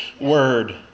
Word